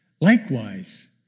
Likewise